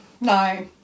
No